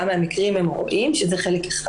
כמה מקרים הם רואים שזה חלק אחד.